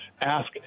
ask